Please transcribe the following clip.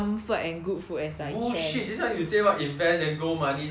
bullshit just now you say what invest then grow money then now you say invest to eat